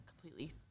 completely